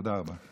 תודה רבה.